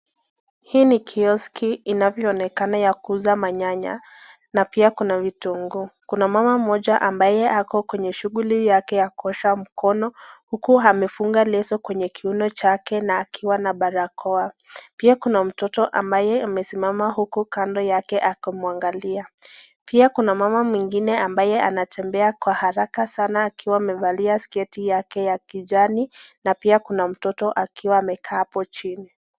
Hii ni kioski inavyoonekana ya kuuza manyanya, na pia kuna vitunguu kuna mama moja ambaye ako kwenye shughuli yake ya kuosha mkono huku amefunga leso kwenye kiuno chake na akiwa na barakoa. Pia kuna mtoto ambaye amesimama huku kando yake akimwangalia. Pia kuna mama mwingine anatembea kwa haraka sana akiwa amevalia sketi yake ya kijani na pia kuna mtoto akiwaamekaa hapo chini.